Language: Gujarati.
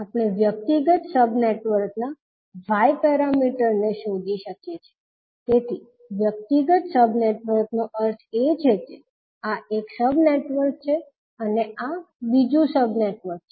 આપણે વ્યક્તિગત સબ નેટવર્કના y પેરામીટર્સને શોધી શકીએ છીએ તેથી વ્યક્તિગત સબ નેટવર્ક નો અર્થ એ છે કે આ એક સબ નેટવર્ક છે અને આ બીજું સબ નેટવર્ક છે